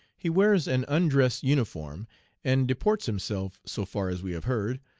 he wears an undress uniform and deports himself, so far as we have heard,